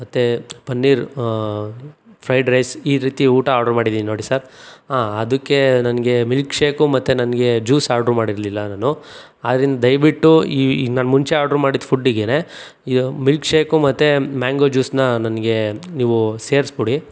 ಮತ್ತೆ paneer fried rice ಈ ರೀತಿ ಊಟ ಆರ್ಡರ್ ಮಾಡಿದ್ದೀನಿ ನೋಡಿ ಸರ್ ಅದಕ್ಕೆ ನನಗೆ ಮಿಲ್ಕ್ ಶೇಕು ಮತ್ತೆ ನನಗೆ ಜ್ಯೂಸ್ ಆರ್ಡರ್ ಮಾಡಿರಲಿಲ್ಲ ನಾನು ಆದ್ದರಿಂದ ದಯವಿಟ್ಟು ಈ ನಾನು ಮುಂಚೆ ಆರ್ಡರ್ ಮಾಡಿದ ಫುಡ್ಡಿಗೇನೆ ಈ ಮಿಲ್ಕ್ ಶೇಕು ಮತ್ತೆ ಮ್ಯಾಂಗೋ ಜ್ಯೂಸ್ನ ನನಗೆ ನೀವು ಸೇರಿಸಿಕೊಡಿ